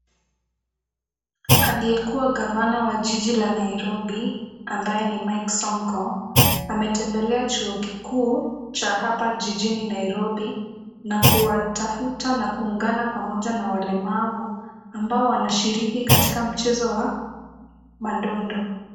Aliyekuwa gavana wa jiji la Nairobi, ambaye ni Mike Sonko, ametembelea chuo kikuu cha hapa jijini Nairobi na kuwatafuta na kuungana pamoja na walemavu ambao wanashiriki katika mchezo wa mandondo .